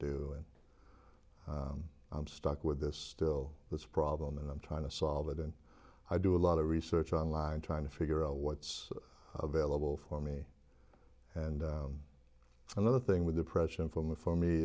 do and i'm stuck with this still this problem and i'm trying to solve it and i do a lot of research online trying to figure out what's available for me and another thing with depression from for me